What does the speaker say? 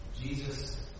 Jesus